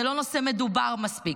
זה לא נושא מדובר מספיק.